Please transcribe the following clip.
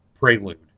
prelude